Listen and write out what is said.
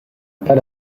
pas